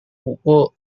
buku